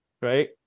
right